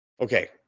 okay